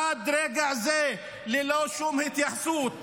עד רגע זה ללא שום התייחסות,